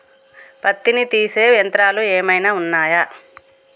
పత్తిని తీసే యంత్రాలు ఏమైనా ఉన్నయా?